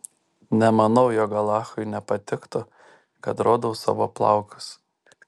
nemanau jog alachui nepatiktų kad rodau savo plaukus